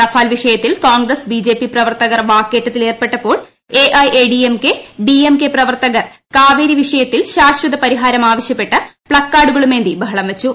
Rafale വിഷയത്തിൽ Congress B J P പ്രവർത്തകർ വാക്കേറ്റത്തിൽ ഏർപ്പെട്ടപ്പോൾ A I A D M K D M K പ്രവർത്തകർ കാവേരി വിഷയത്തിൽ ശാശ്വത പരിഹാരമാവശ്യപ്പെട്ട് പ്ലക്കാർഡുകളുമേന്തി ബഹളം വെച്ചു